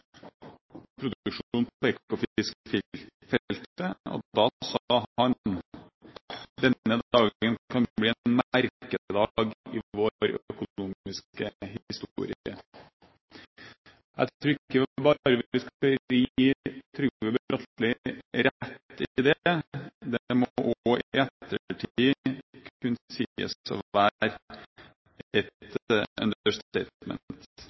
produksjonen på Ekofisk-feltet. Da sa han: «Denne dagen kan bli en merkedag i vår økonomiske historie.» Jeg tror vi ikke bare skal gi Trygve Bratteli rett i det; det må også i ettertid kunne sies å være et